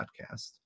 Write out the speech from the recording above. podcast